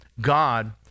God